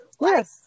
yes